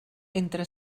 entre